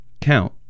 count